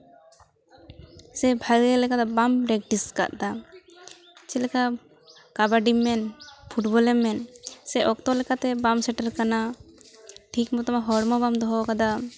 ᱥᱮ ᱵᱷᱟᱜᱮ ᱞᱮᱠᱟ ᱫᱚ ᱵᱟᱢ ᱯᱮᱠᱴᱤᱥ ᱠᱟᱫᱟ ᱪᱮᱫᱞᱮᱠᱟ ᱠᱟᱵᱟᱰᱤᱢ ᱢᱮᱱ ᱯᱷᱩᱴᱵᱚᱞᱮᱢ ᱢᱮᱱ ᱥᱮ ᱚᱠᱛᱚ ᱞᱮᱠᱟᱛᱮ ᱵᱟᱢ ᱥᱮᱴᱮᱨᱟᱠᱟᱱᱟ ᱴᱷᱤᱠ ᱢᱚᱛᱚ ᱟᱢᱟᱜ ᱦᱚᱲᱢᱚ ᱵᱟᱢ ᱫᱚᱦᱚᱣᱟᱠᱟᱫᱟ